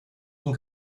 sind